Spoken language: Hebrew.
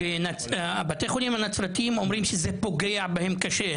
בתי החולים הנצרתים אומרים שזה פוגע בהם קשה,